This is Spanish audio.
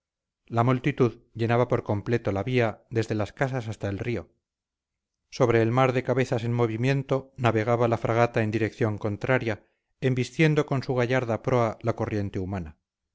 la multitud llenaba por completo la vía desde las casas hasta el río sobre el mar de cabezas en movimiento navegaba la fragata en dirección contraria embistiendo con su gallarda proa la corriente humana